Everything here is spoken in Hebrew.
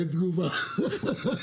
אין תגובה.